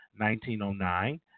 1909